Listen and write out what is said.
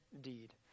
deed